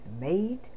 made